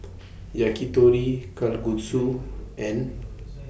Yakitori Kalguksu and